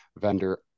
vendor